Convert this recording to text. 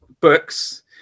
books